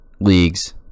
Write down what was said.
leagues